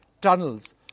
tunnels